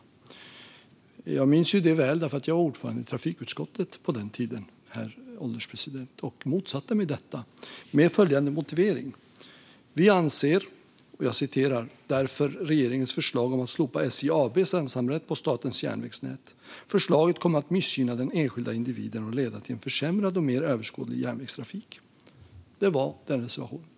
Jag minns detta väl, herr ålderspresident, därför att jag var ordförande i trafikutskottet på den tiden och motsatte mig detta, med motiveringen att vi ansåg att "regeringens förslag om att slopa SJ AB:s ensamrätt på statens järnvägsnät kommer att missgynna den enskilda individen och leda till en försämrad och mer svåröverskådlig järnvägstrafik". Detta var vår reservation.